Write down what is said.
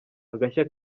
agashya